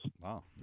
Wow